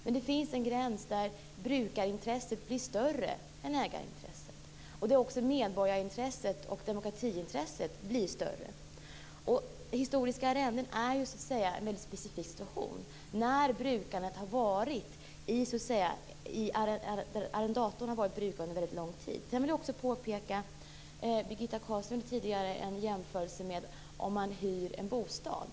Men det finns en gräns där brukarintresset blir större än ägarintresset, och där medborgarintresset och demokratiintresset blir större. Historiska arrenden är en väldigt specifik situation, där arrendatorn har varit brukare under lång tid. Birgitta Carlsson gjorde tidigare jämförelsen med att hyra en bostad.